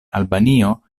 albanio